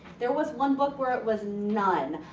there was one book where it was none.